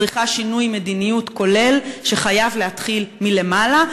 צריך להיות שינוי מדיניות כולל שחייב להתחיל מלמעלה,